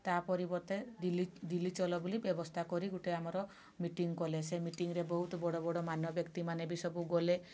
ତା ପରିବର୍ତ୍ତେ ଦିଲ୍ଲୀ ଦିଲ୍ଲୀ ଚଲୋ ବୋଲି ବ୍ୟବସ୍ଥା କରି ଗୋଟେ ଆମର ମିଟିଙ୍ଗ୍ କଲେ ସେ ମିଟିଙ୍ଗ୍ରେ ବହୁତ ବଡ଼ ବଡ଼ ମାନ୍ୟବ୍ୟକ୍ତି ମାନେ ବି ସବୁ ଗଲେ